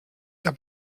der